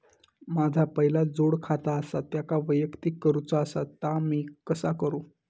माझा पहिला जोडखाता आसा त्याका वैयक्तिक करूचा असा ता मी कसा करू?